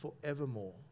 forevermore